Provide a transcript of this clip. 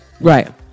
Right